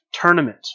tournament